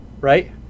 right